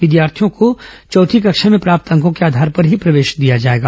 विद्यार्थियों को चौथी कक्षा में प्राप्त अंको के आधार पर ही प्रवेश दिया जाएगा